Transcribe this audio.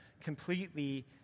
completely